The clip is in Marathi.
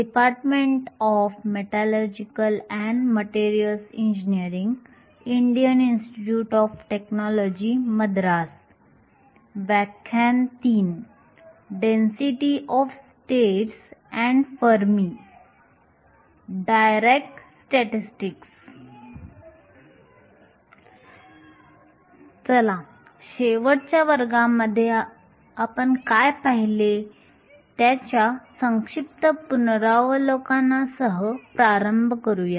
चला शेवटच्या वर्गामध्ये आपण काय पहिले त्या संक्षिप्त पुनरावलोकनासह प्रारंभ करूया